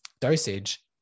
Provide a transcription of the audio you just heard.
dosage